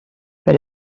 per